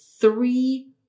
three